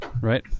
right